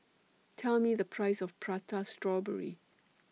Tell Me The Price of Prata Strawberry